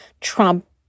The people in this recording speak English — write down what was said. Trump